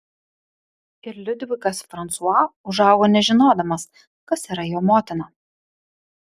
ir liudvikas fransua užaugo nežinodamas kas yra jo motina